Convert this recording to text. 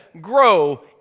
grow